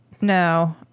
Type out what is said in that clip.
No